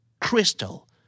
crystal